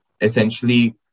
essentially